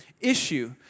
issue